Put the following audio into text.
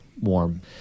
warm